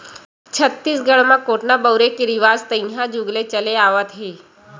छत्तीसगढ़ म कोटना बउरे के रिवाज तइहा जुग ले चले आवत हे